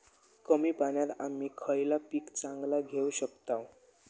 कमी पाण्यात आम्ही खयला पीक चांगला घेव शकताव?